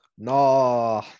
No